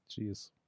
Jeez